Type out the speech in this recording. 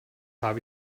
habe